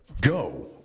Go